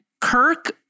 Kirk